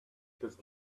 just